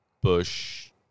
Bush